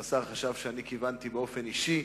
והשר חשב שאני כיוונתי באופן אישי.